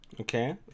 Okay